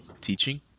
teaching